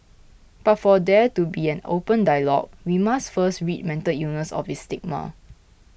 but for there to be an open dialogue we must first rid mental illness of its stigma